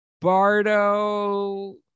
Bardo